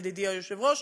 ידידי היושב-ראש.